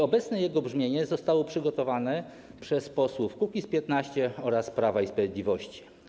Obecne jego brzmienie zostało przygotowane przez posłów Kukiz’15 oraz Prawa i Sprawiedliwości.